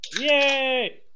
Yay